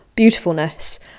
beautifulness